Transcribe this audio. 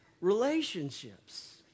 relationships